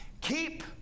keep